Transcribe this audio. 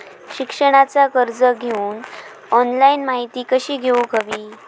शिक्षणाचा कर्ज घेऊक ऑनलाइन माहिती कशी घेऊक हवी?